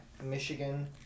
Michigan